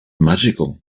magical